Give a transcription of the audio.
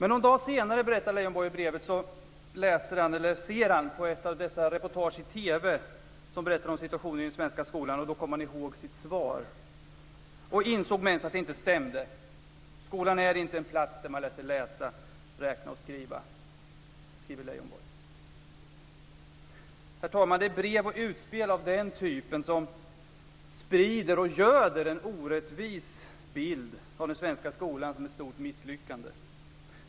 Någon dag senare, berättar Leijonborg i brevet, ser han ett TV-reportage om situationen i den svenska skolan. Då kom han ihåg sitt svar till sonen. Han insåg med ens att det inte stämde. Skolan är inte en plats där man lär sig läsa, räkna och skriva, skriver Herr talman! Det är brev och utspel av den typen som sprider och göder en orättvis bild av den svenska skolan som ett stort misslyckande.